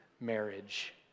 marriage